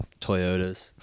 Toyotas